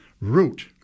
root